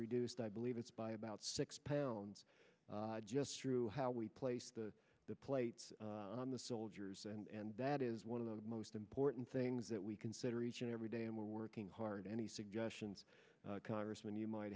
reduced i believe it's by about six pounds just through how we place the plates on the soldiers and that is one of the most important things that we consider each and every day and we're working hard any suggestions congressman you might